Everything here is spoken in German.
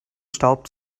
staub